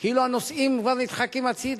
כאילו הנושאים כבר נדחקים הצדה.